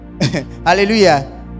Hallelujah